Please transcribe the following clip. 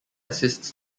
assists